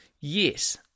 yes